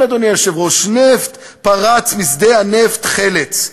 כן, אדוני היושב-ראש, נפט פרץ משדה הנפט חלץ.